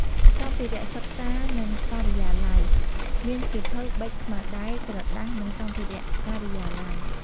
សម្ភារៈសិក្សា និងការិយាល័យ មានសៀវភៅ ប៊ិច ខ្មៅដៃ ក្រដាស និងសម្ភារៈការិយាល័យ។